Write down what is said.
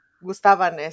gustaban